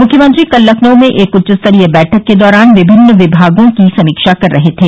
मुख्यमंत्री कल लखनऊ में एक उच्चस्तरीय बैठक के दौरान विभिन्न विमागों की समीक्षा कर रहे थे